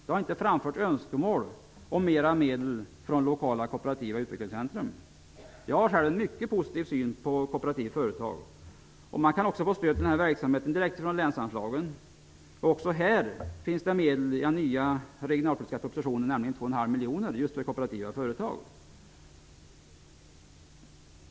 Det har inte framförts önskemål om mera medel från lokala kooperativa utvecklingscentrum. Jag har själv en mycket positiv syn på kooperativa företag. Man kan också få stöd till den här verksamheten direkt från länsanslagen. Också här finns det medel i den nya regionalpolitiska propositionen, nämligen ca 2,5 miljoner just för kooperativa företag.